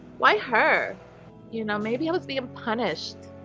why her you know, maybe it was being punished